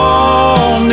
on